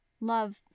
love